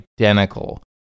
identical